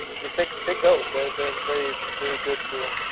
just take take those. they're they're very, very good to